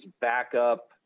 backup